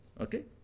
Okay